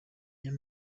niyo